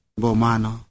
bomano